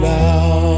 now